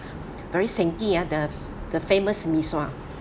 very seng kee ah the the famous mee sua